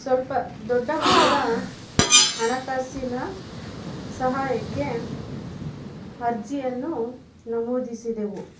ಸ್ವಲ್ಪ ದೊಡ್ಡ ಮಟ್ಟದ ಹಣಕಾಸಿನ ಸಹಾಯಕ್ಕೆ ಅರ್ಜಿಯನ್ನು ನಮೂದಿಸಿದೆವು